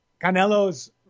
Canelo's